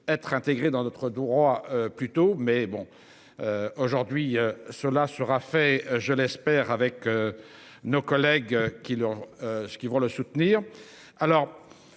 être intégré dans notre droit plus tôt mais bon. Aujourd'hui, cela sera fait, je l'espère avec. Nos collègues qui leur.